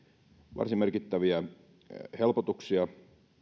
varsin merkittäviä helpotuksia